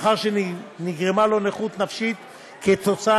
מאחר שנגרמה לו נכות נפשית כתוצאה